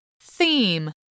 Theme